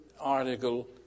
article